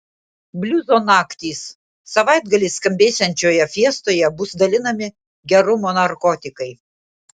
bliuzo naktys savaitgalį skambėsiančioje fiestoje bus dalinami gerumo narkotikai